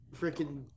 freaking